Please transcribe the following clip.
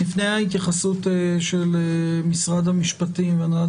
לפני ההתייחסות של משרד המשפטים והנהלת